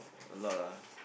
a lot lah